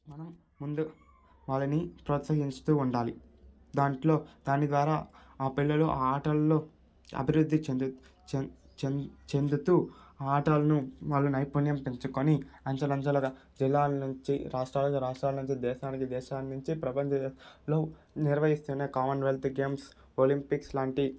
మనం ముందు వాళ్ళని ప్రోత్సహిస్తూ ఉండాలి దాంట్లో దాని ద్వారా ఆ పిల్లలు ఆటలలో అభివృద్థి చెందు చెందుతూ ఆటలను వాళ్ళు నైపుణ్యం పెంచుకొని అంచెలంచెలుగా జిల్లాల నుంచి రాష్ట్రాలకి రాష్ట్రాల నుంచి దేశాలకి దేశాల నుంచి ప్రపంచ దేశాలలో నిర్వహిస్తున్న కామన్వెల్త్ గేమ్స్ ఒలింపిక్స్ లాంటి